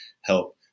help